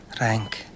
Rank